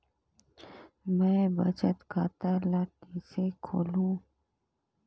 मैं बचत खाता ल किसे खोलूं?